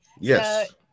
yes